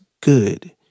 good